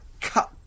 cut